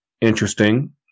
interesting